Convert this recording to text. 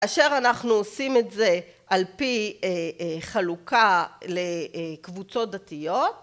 אשר אנחנו עושים את זה על פי חלוקה לקבוצות דתיות